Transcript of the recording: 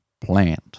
Plant